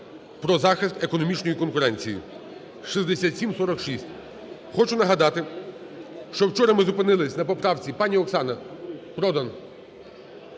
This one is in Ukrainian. про захист економічної конкуренції (6746). Хочу нагадати, що вчора ми зупинились на поправці… Пані Оксана Продан!